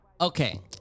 okay